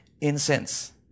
incense